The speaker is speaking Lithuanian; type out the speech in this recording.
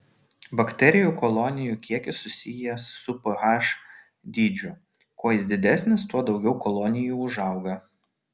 bakterijų kolonijų kiekis susijęs su ph dydžiu kuo jis didesnis tuo daugiau kolonijų užauga